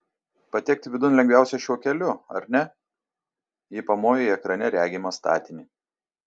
patekti vidun lengviausia šiuo keliu ar ne ji pamojo į ekrane regimą statinį